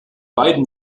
beiden